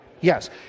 Yes